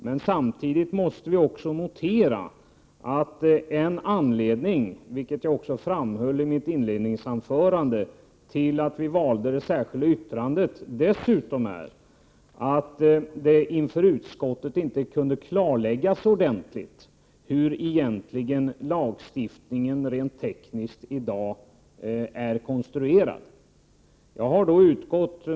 Men samtidigt måste vi notera att en anledning, vilken jag också framhöll i mitt inledningsanförande, till att vi valde det särskilda yttrandet dessutom är att det inför utskottet inte kunde klarläggas ordentligt hur lagstiftningen egentligen rent tekniskt är konstruerad i dag.